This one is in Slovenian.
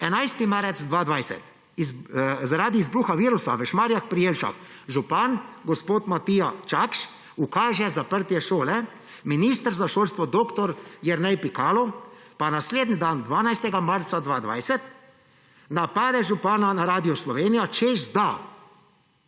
11. marec 2020: zaradi izbruha virusa v Šmarjah pri Jelšah župan gospod Matija Čakš ukaže zaprtje šole, minister za šolstvo dr. Jernej Pikalo pa naslednji dan 12. marca 2020 napade župana na Radiu Slovenija, češ da